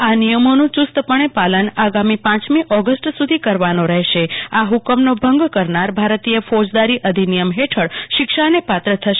આ નિયમોનું યુસ્તપણે પાલન આગામી તારીખ પ ઓગષ્ટ સુધી કરવાનું રહેશે આ હુકમનો ભંગ કરનાર ભારતીય ફોજદારી અધિનિયમ હેઠળ શિક્ષાને પાત્ર થશે